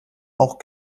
auch